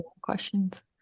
Questions